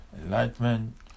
enlightenment